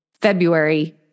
February